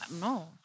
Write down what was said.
no